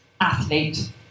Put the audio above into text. athlete